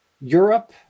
Europe